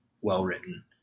well-written